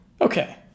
Okay